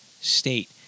state